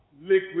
liquid